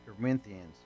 Corinthians